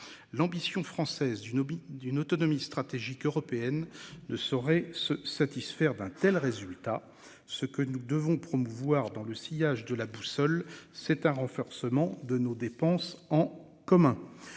l'ambition française d'une d'une autonomie stratégique européenne ne sauraient se satisfaire d'un tel résultat. Ce que nous devons promouvoir dans le sillage de la boussole c'est un renforcement de nos dépenses en commun